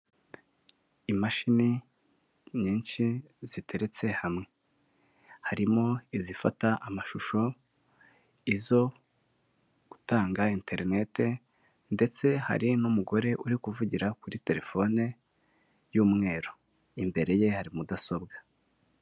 Imashini nyinshi ziteretse hamwe. Harimo izifata amashusho, izo gutanga enterinete ndetse hari n'umugore uri kuvugira kuri telefone y'umweru, imbere ye hari mudasobwa.